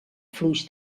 fluix